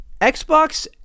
Xbox